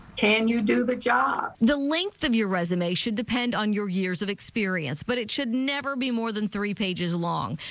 can you do the job. reporter the length of your resume should depend on your years of experience, but it should never be more than three pages long.